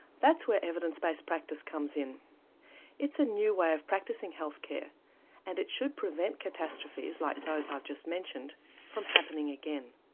that's where evidence based practice comes in it's a new way of practicing health care and it should prevent catastrophes like those i've just mentioned from happening again.